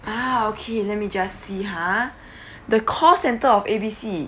ah okay let me just see ha the call centre of A B C